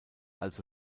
also